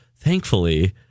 thankfully